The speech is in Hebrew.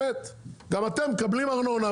גם אתם מקבלים ארנונה,